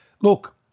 Look